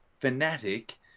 fanatic